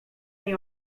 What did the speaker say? tej